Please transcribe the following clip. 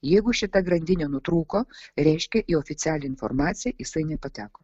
jeigu šita grandinė nutrūko reiškia į oficialią informaciją jisai nepateko